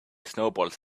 snowballs